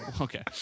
Okay